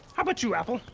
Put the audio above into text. how about you, apple?